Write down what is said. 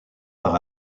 par